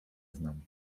znam